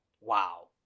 Wow